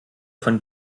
von